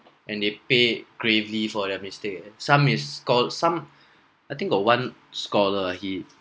and they paid gravely for their mistake eh some is call some I think got one scholar ah he